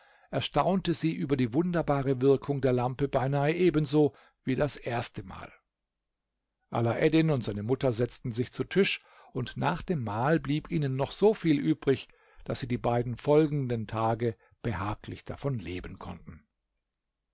erstaunte sie über die wunderbare wirkung der lampe beinahe ebenso wie das erste mal alaeddin und seine mutter setzten sich zu tisch und nach dem mahl blieb ihnen noch so viel übrig daß sie die beiden folgenden tage behaglich davon leben konnten